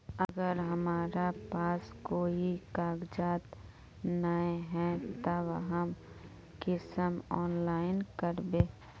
अगर हमरा पास कोई कागजात नय है तब हम कुंसम ऑनलाइन करबे?